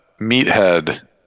meathead